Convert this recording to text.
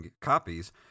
copies